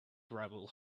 gravel